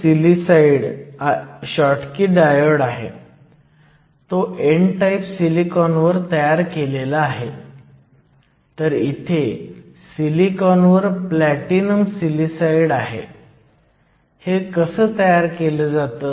96 milliampere आहे म्हणजे ते रिव्हर्स सॅच्युरेशन करंटपेक्षा जवळजवळ 1011 ऑर्डर किंवा मॅग्निट्यूडचे 1010 ऑर्डर जास्त आहे